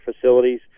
facilities